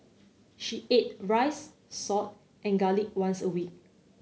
she ate rice salt and garlic once a week